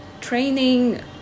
training